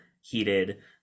heated